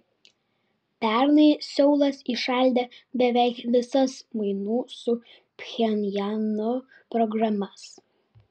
pernai seulas įšaldė beveik visas mainų su pchenjanu programas